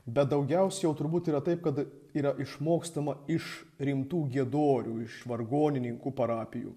bet daugiausiai jau turbūt yra taip kad yra išmokstama iš rimtų giedorių iš vargonininkų parapijų